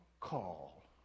call